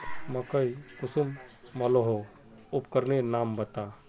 मकई कुंसम मलोहो उपकरनेर नाम बता?